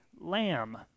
lamb